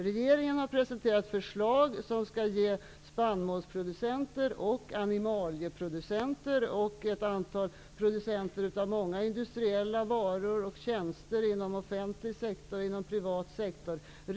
Regeringen har presenterat ett förslag som skall ge rimliga villkor för spannmålsproducenter, animalieproducenter och ett antal producenter av många industriella varor och tjänster inom offentlig och privat sektor.